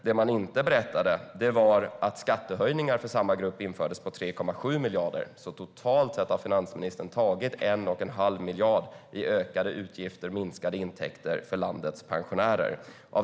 Det man inte berättade var att skattehöjningar för samma grupp infördes på 3,7 miljarder. Totalt sett har finansministern tagit 1 1⁄2 miljard i ökade utgifter och minskade intäkter för landets pensionärer.